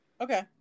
Okay